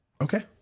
Okay